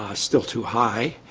ah still too high